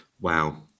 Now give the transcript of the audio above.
Wow